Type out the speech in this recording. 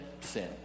sin